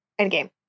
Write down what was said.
Endgame